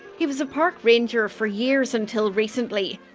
he was a park ranger for years until recently.